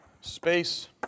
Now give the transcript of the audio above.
Space